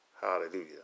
hallelujah